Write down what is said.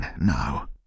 now